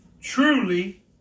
truly